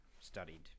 studied